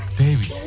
baby